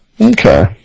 Okay